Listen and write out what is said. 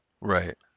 Right